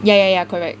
ya ya ya correct